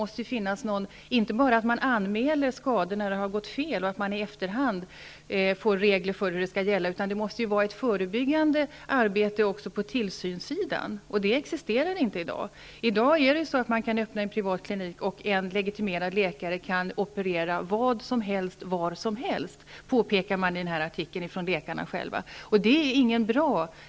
Det räcker inte med att man bara anmäler skador när det har gått fel och att man i efterhand får regler för vad som skall gälla, utan det måste göras ett förebyggande arbete också på tillsynssidan. Det existerar inte i dag. I dag kan man öppna privata kliniker, och en legitimerad läkare kan operera vad som helst var som helst, påpekar läkarna själva i den här artikeln.